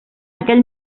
aquell